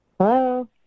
Hello